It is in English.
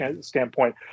standpoint